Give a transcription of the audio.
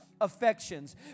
affections